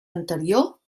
anterior